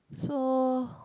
so